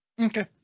okay